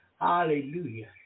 Hallelujah